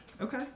Okay